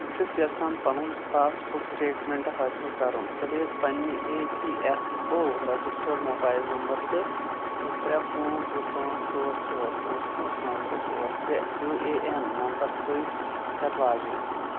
بہٕ چھُس یژھان پَنُن پاس بُک سٹیٹمنٹ حٲصِل کرُن پلیٖز پننہِ E P F O registered mobile number تہٕ ترٛےٚ پانژھ زٕ پانژھ ژور ژور پانژھ پانژھ نو ترٛےٚ ژور ترٛےٚ یوٗ اے این نمبر سۭتۍ کر لاگ اِن